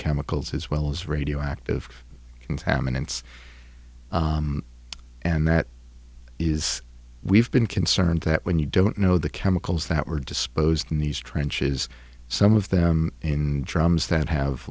chemicals as well as radioactive contaminants and that is we've been concerned that when you don't know the chemicals that were disposed in these trenches some of them in drums that have